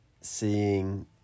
seeing